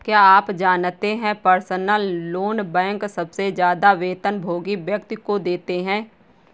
क्या आप जानते है पर्सनल लोन बैंक सबसे ज्यादा वेतनभोगी व्यक्ति को देते हैं?